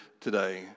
today